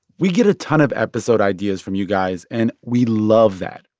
we get a ton of episode ideas from you guys, and we love that.